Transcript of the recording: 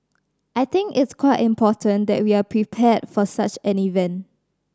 I think it's quite important that we are prepared for such an event